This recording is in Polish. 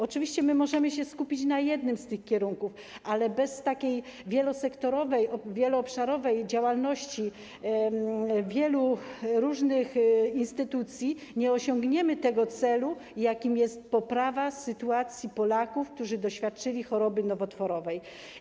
Oczywiście możemy się skupić na jednym z tych kierunków, ale bez wielosektorowej, wieloobszarowej działalności wielu różnych instytucji nie osiągniemy tego celu, jakim jest poprawa sytuacji Polaków, którzy doświadczyli choroby nowotworowej.